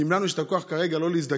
ואם לנו יש את הכוח כרגע לא להזדקק,